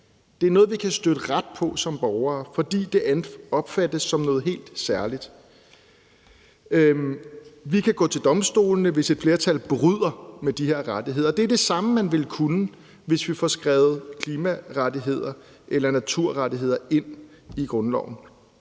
Det er noget, vi kan støtte ret på som borgere, fordi det opfattes som noget helt særligt. Vi kan gå til domstolene, hvis et flertal bryder med de her rettigheder. Det er det samme, man vil kunne, hvis vi får skrevet klimarettigheder eller naturrettigheder ind i grundloven,